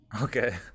Okay